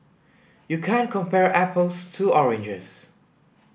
you can't compare apples to oranges